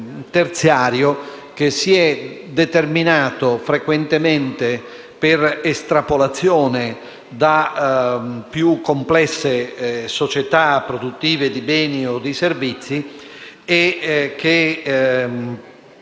terziario che si è determinato frequentemente per estrapolazione da più complesse società produttive di beni o di servizi e che,